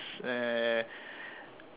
uh